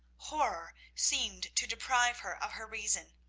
horror seemed to deprive her of her reason.